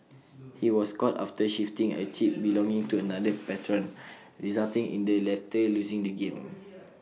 he was caught after shifting A chip belonging to another patron resulting in the latter losing the game